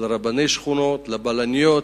ולרבני שכונות, לבלניות,